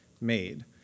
made